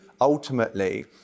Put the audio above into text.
ultimately